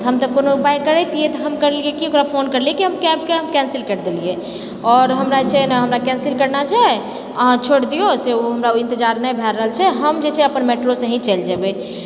तऽ हम तऽ कोनो ऊपाए करीतिऐ तऽ हम करलिऐ कि ओकरा फोन करलिऐ कैबके हम कैंसिल करि देलिऐ आओर हमरा जे छै ने हमरा कैंसिल करना छै अहाँ छोरि दिऔ हमरा ईन्तजार नहि भए रहल छै हम जे छै अपन मेट्रोसँ ही चलि जेबै